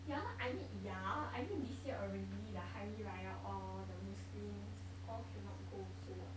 yeah lor I mean ya I mean this year already the hari raya all the muslims all cannot go also [what]